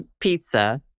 pizza